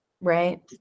Right